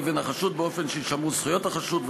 לבין החשוד באופן שיישמרו זכויות החשוד,